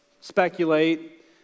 speculate